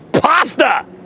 pasta